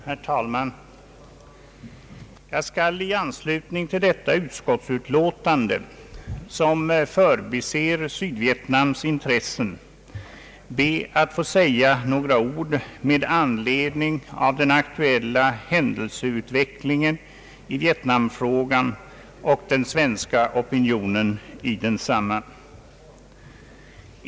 Herr talman! Jag skall i anslutning till detta utlåtande, som förbiser Sydvietnams intressen, be att få säga några ord med anledning av den aktuella utvecklingen i Vietnamfrågan och den svenska opinionen i densamma.